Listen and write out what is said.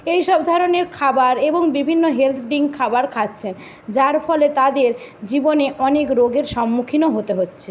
এই সব ধরনের খাবার এবং বিভিন্ন হেলথ ডিঙ্ক খাবার খাচ্ছে যার ফলে তাদের জীবনে অনেক রোগের সম্মুখীনও হতে হচ্ছে